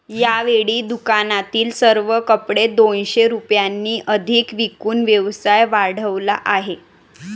यावेळी दुकानातील सर्व कपडे दोनशे रुपयांनी अधिक विकून व्यवसाय वाढवला आहे